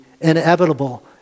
inevitable